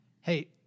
Hey